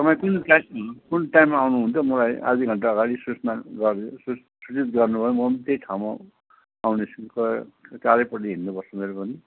तपाईँ कुन टाइम कुन टाइममा आउनु हुन्छ मलाई आधी घन्टा अगाडि सूचना गर्नु सूचित गर्नुभयो भने म पनि त्यही ठाउँमा आउनेछु चारैपट्टि हेर्नु पर्छ मेरो पनि